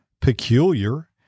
peculiar